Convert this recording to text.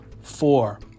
Four